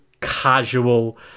casual